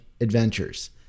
adventures